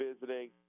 visiting